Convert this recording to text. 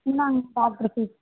இந்தாங்க doctor fees